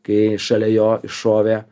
kai šalia jo iššovė